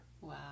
Wow